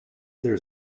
there